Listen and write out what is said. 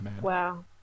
Wow